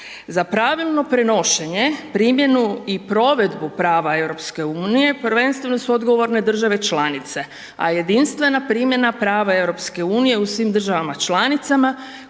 Za pravilno prenošenje, primjenu i provedbu prava EU-a prvenstveno su odgovorne države članice a jedinstvena primjena prava EU-a u svim državama članicama